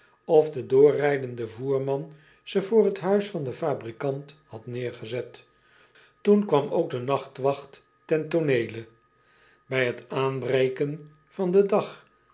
of de doorrijdende voerman ze voor het huis van den fabrikant had neergezet oen kwam ook de nachtwacht ten tooneele ij het aanbreken van den dag